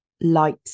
light